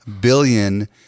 billion